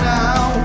now